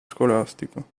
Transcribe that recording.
scolastico